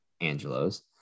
Angelo's